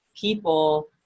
people